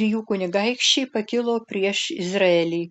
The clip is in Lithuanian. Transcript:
ir jų kunigaikščiai pakilo prieš izraelį